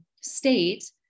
state